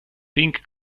pink